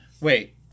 Wait